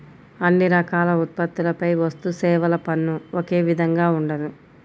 అన్ని రకాల ఉత్పత్తులపై వస్తుసేవల పన్ను ఒకే విధంగా ఉండదు